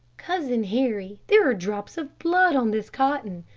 cousin harry, there are drops of blood on this cotton.